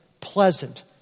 pleasant